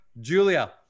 Julia